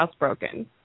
housebroken